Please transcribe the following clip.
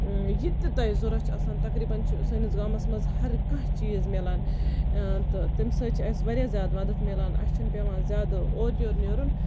یہِ تہِ تۄہہِ ضوٚرتھ چھُ تَقریٖبَن چھُ سٲنِس گامَس منٛز ہَر کانہہ چیٖز مِلان تہٕ تَمہِ سۭتۍ چھُ اَسہِ واریاہ زیادٕ مدد مِلان اَسہِ چھُنہٕ پٮ۪وان زیادٕ اورٕ یور نیرُن